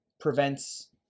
prevents